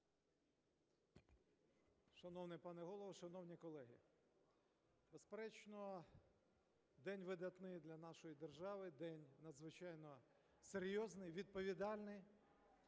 Шановний пане Голово, шановні колеги! Безперечно, день видатний для нашої держави, день надзвичайно серйозний, відповідальний,